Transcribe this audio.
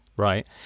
Right